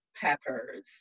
Peppers